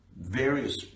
various